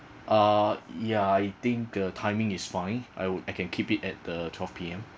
uh ya I think the timing is fine I would I can keep it at uh twelve P_M